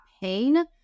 pain